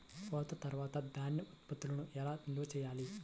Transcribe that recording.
కోత తర్వాత ధాన్య ఉత్పత్తులను ఎలా నిల్వ చేయాలి?